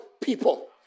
people